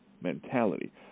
mentality